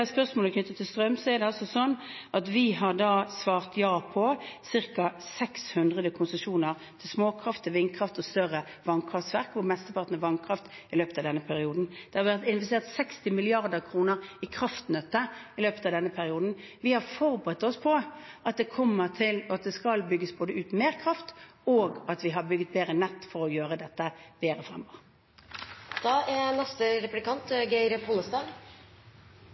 spørsmålet knyttet til strøm, er det sånn at vi har svart ja til ca. 600 konsesjoner i løpet av denne perioden om småkraft, vindkraft og større vannkraftverk, hvor mesteparten er vannkraft. Det har vært investert 60 mrd. kr i kraftnettet i løpet av denne perioden. Vi har forberedt oss på at det skal bygges ut mer kraft, og vi har bygget bedre nett for å gjøre dette bedre fremover. Eg har lyst til å starta med å takka representanten Solberg for innsatsen som statsminister dei siste åtte åra. Det er